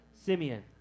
Simeon